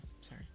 sorry